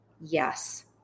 Yes